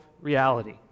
reality